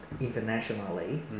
internationally